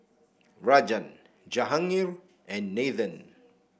Rajan Jahangir and Nathan